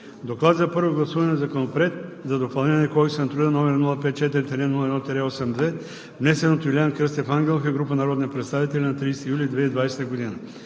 „ДОКЛАД за първо гласуване на Законопроект за допълнение на Кодекса на труда, № 054-01-82, внесен от Юлиан Кръстев Ангелов и група народни представители на 30 юли 2020 г.